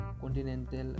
continental